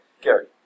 Gary